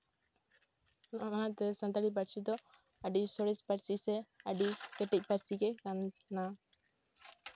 ᱚᱱᱟᱛᱮ ᱥᱟᱱᱛᱟᱲᱤ ᱯᱟᱹᱨᱥᱤ ᱫᱚ ᱟᱹᱰᱤ ᱥᱚᱨᱮᱥ ᱯᱟᱹᱨᱥᱤ ᱥᱮ ᱟᱹᱰᱤ ᱠᱮᱴᱮᱡ ᱯᱟᱹᱨᱥᱤ ᱜᱮ ᱠᱟᱱᱟ